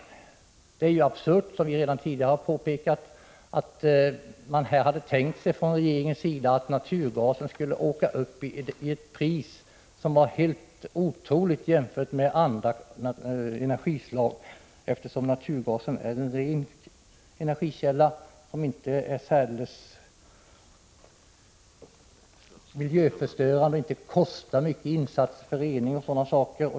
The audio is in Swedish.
Regeringens tidigare tanke, att priset på naturgas skulle höjas till en helt otroligt hög nivå jämfört med priset på andra energislag, var absurd. Naturgasen är en ren energikälla som inte är miljöförstörande och som inte kostar mycket i insatser för rening och liknande.